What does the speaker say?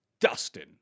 dustin